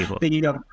people